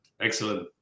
Excellent